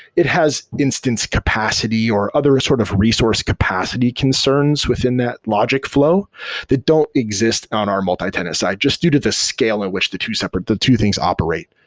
it has instance capacity or other sort of resource capacity concerns within that logic flow that don't exist on our multi-tenant side, just due to the scale at which the two separate the two things operate